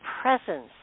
presence